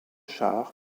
chars